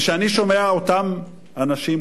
וכשאני שומע את אותם אנשים,